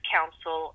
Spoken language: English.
Council